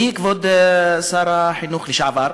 מי, כבוד שר החינוך לשעבר?